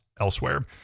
elsewhere